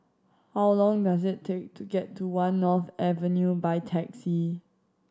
how long does it take to get to One North Avenue by taxi